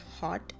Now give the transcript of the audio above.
hot